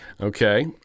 okay